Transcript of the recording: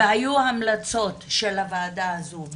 והיו המלצות של הוועדה הזו.